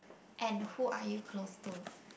and who are you close to